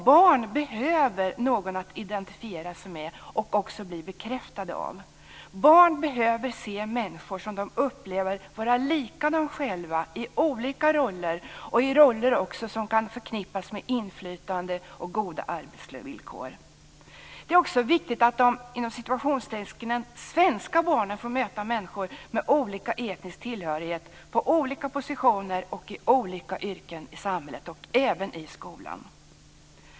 Barn behöver någon att identifiera sig med och även bli bekräftade av. Barn behöver se människor som de upplever vara lika dem själva i olika roller, och även i roller som kan förknippas med inflytande och goda arbetsvillkor. Det är också viktigt att de "svenska" barnen får möta människor med olika etnisk tillhörighet på olika positioner och i olika yrken i samhället - även i skolan.